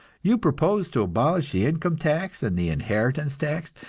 you propose to abolish the income tax and the inheritance tax,